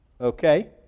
Okay